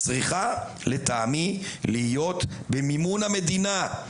צריכה לטעמי להיות במימון המדינה,